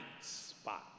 spot